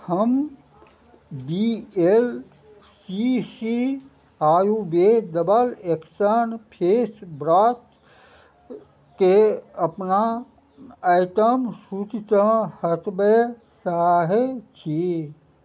हम B L C C Ayurveda double action face ब्रशके अपना आइटम सूचीसँ हटबै चाहै छी